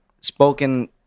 spoken